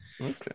Okay